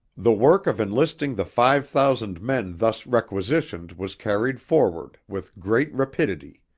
the work of enlisting the five thousand men thus requisitioned was carried forward with great rapidity.